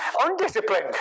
undisciplined